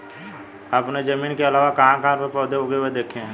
आपने जमीन के अलावा कहाँ कहाँ पर पौधे उगे हुए देखे हैं?